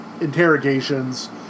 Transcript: interrogations